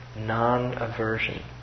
non-aversion